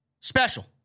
Special